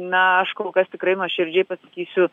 na aš kol kas tikrai nuoširdžiai pasakysiu